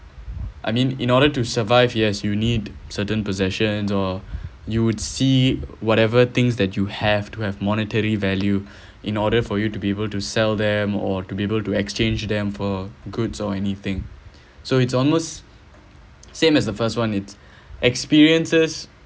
I mean in order to survive yes you need certain possession or you would see whatever things that you have to have monetary value in order for you to be able to sell them or to be able to exchange them for goods or anything so it's almost same as the first one it's experiences